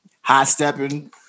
high-stepping